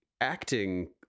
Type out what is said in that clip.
acting